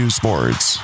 sports